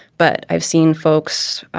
but i've seen folks,